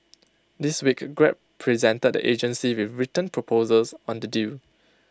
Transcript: this week grab presented the agency with written proposals on the deal